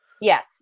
Yes